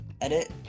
edit